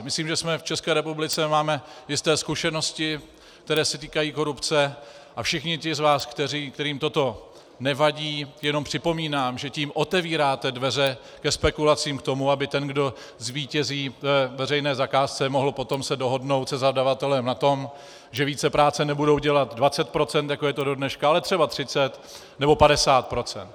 Myslím, že v České republice máme jisté zkušenosti, které se týkají korupce, a všem z vás, kterým toto nevadí, připomínám, že tím otevíráte dveře ke spekulacím k tomu, aby ten, kdo zvítězí ve veřejné zakázce, mohl se potom dohodnout se zadavatelem na tom, že vícepráce nebudou dělat 20 %, jako je to dodneška, ale třeba 30 nebo 50 %.